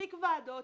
למספיק ועדות,